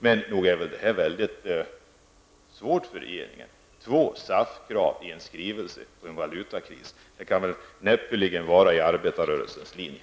Men nog är väl den här situationen svår för regeringen -- att ha två SAF Det kan väl näppeligen vara i arbetarrörelsens linje.